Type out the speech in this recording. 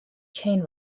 chain